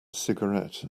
cigarette